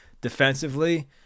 defensively